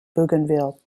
bougainville